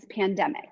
pandemic